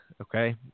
Okay